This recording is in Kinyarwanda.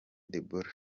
deborah